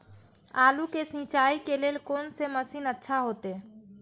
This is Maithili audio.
आलू के सिंचाई के लेल कोन से मशीन अच्छा होते?